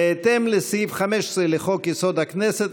בהתאם לסעיף 15 לחוק-יסוד: הכנסת,